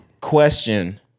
Question